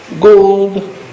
gold